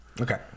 Okay